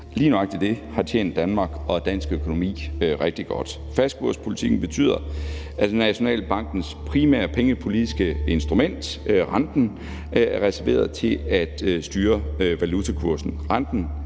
lige nøjagtig det har tjent Danmark og dansk økonomi rigtig godt. Fastkurspolitikken betyder, at Nationalbankens primære pengepolitiske instrument, renten, er reserveret til at styre valutakursen.